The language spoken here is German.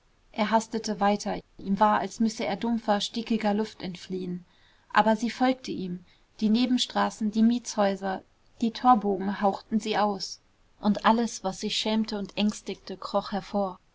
er hastete weiter ihm war als müsse er dumpfer stickiger luft entfliehen aber sie folgte ihm die nebenstraßen die mietshäuser die torbogen hauchten sie aus und alles was sich schämte und ängstigte kroch hervor